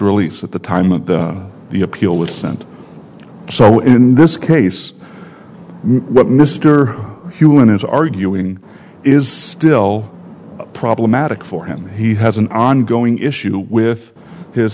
release at the time of the appeal is sent so in this case what mr hewitt is arguing is still problematic for him he has an ongoing issue with his